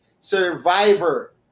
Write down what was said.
survivor